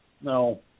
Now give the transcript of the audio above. No